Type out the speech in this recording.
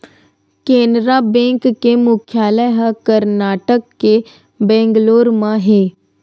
Canara bank के मुख्यालय ह करनाटक के बेंगलोर म हे